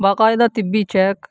باقاعدہ طبی چیک